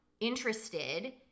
interested